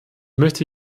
möchte